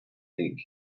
ink